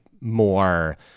more